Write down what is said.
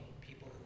people